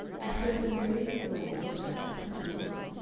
and who had been mowing his lawn to get an appetite for dinner,